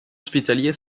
hospitalier